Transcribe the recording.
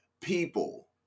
people